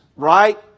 right